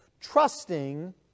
Trusting